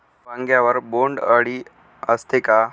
वांग्यावर बोंडअळी असते का?